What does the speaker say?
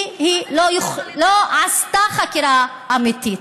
כי היא לא עשתה חקירה אמיתית.